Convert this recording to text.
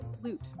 loot